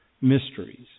mysteries